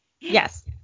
Yes